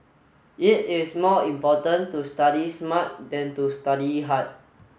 it is more important to study smart than to study hard